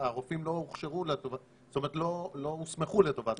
הרופאים לא הוסמכו לטובת העניין הזה.